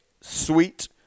sweet